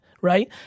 right